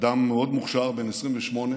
אדם מאוד מוכשר, בן 28,